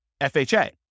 FHA